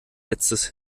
letztes